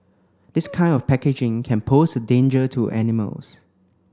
this kind of packaging can pose a danger to animals